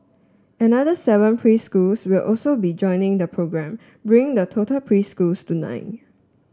another seven preschools will also be joining the programme bringing the total preschools to nine